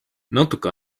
natuke